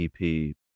EP